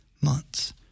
months